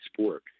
sport